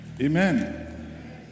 Amen